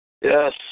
yes